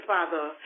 Father